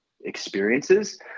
experiences